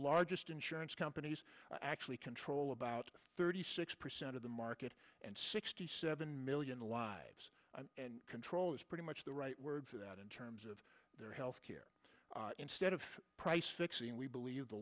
largest insurance companies actually control about thirty six percent of the market and sixty seven million lives and control is pretty much the right word for that in terms of their health care instead of price fixing we believe the